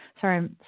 sorry